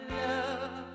love